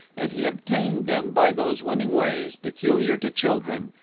and he obtained them by those winning ways peculiar to children,